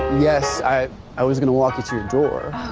yes. i i was going to walk you to the door.